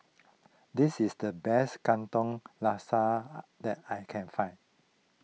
this is the best Katong Laksa that I can find